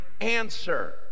answer